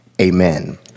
Amen